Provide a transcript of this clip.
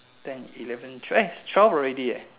ten eleven twelve twelve already eh